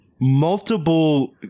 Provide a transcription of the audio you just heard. multiple